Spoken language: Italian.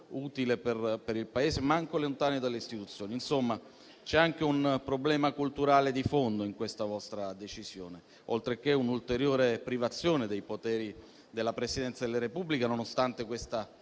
utile per il Paese, ma anche lontano dalle istituzioni. Insomma, c'è anche un problema culturale di fondo in questa vostra decisione, oltre che un'ulteriore privazione dei poteri della Presidenza della Repubblica, nonostante questa